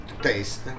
taste